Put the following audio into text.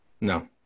No